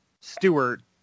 stewart